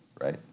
right